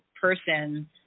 person